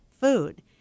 food